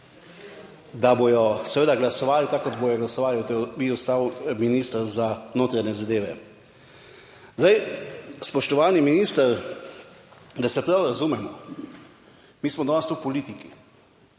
da bodo seveda glasovali tako kot bodo glasovali, da boste vi ostal minister za notranje zadeve. Zdaj, spoštovani minister, da se prav razumemo, mi smo danes tu politiki,